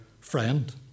friend